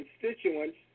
constituents